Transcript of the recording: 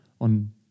on